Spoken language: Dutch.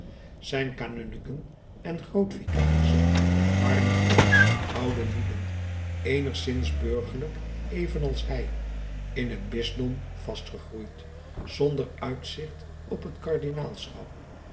zijn kanunniken en groot vicarissen waren goede oude lieden eenigszins burgerlijk evenals hij in het bisdom vastgegroeid zonder uitzicht op het kardinaalschap